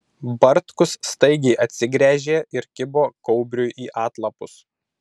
bartkus staigiai atsigręžė ir kibo kaubriui į atlapus